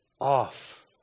off